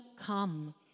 come